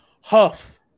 Huff